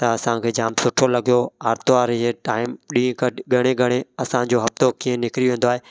त असांखे जामु सुठो लॻियो आर्तवार जे टाईम ॾींहुुं गॾु ॻणे ॻणे असांजो हफ़्तो कीअं निकिरी वेंदो आहे